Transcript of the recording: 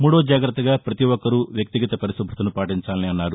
మూడవ జాగ్రత్తగా ప్రపతి ఒక్కరూ వ్యక్తిగత పరిశుభ్రతను పాటించాలని అన్నారు